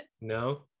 no